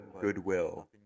Goodwill